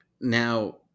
Now